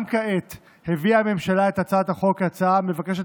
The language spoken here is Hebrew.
גם כעת הביאה הממשלה את הצעת החוק כהצעה המבקשת